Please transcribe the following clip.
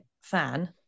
fan